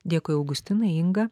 dėkui augustinai inga